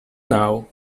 now